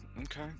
Okay